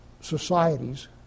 societies